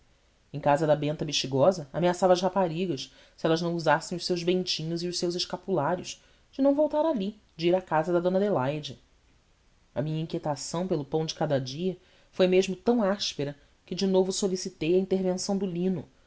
em casa da benta bexigosa ameaçava as raparigas se elas não usassem os seus bentinhos e os seus escapulários de não voltar ali de ir à casa da d adelaide a minha inquietação pelo pão de cada dia foi mesmo tão áspera que de novo solicitei a intervenção do lino